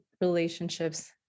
relationships